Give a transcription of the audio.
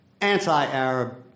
anti-Arab